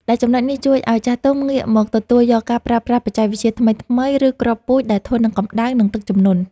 ដែលចំណុចនេះជួយឱ្យចាស់ទុំងាកមកទទួលយកការប្រើប្រាស់បច្ចេកវិទ្យាថ្មីៗ ឬគ្រាប់ពូជដែលធន់នឹងកម្តៅ និងទឹកជំនន់។